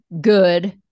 good